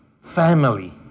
family